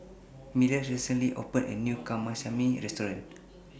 Milas recently opened A New Kamameshi Restaurant